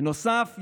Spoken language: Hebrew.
בנוסף,